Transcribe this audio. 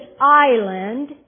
island